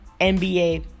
nba